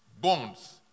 bonds